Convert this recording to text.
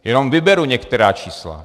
Jenom vyberu některá čísla.